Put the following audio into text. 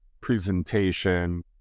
presentation